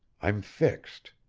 i'm fixed.